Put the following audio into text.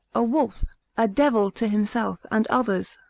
a wolf a devil to himself, and others.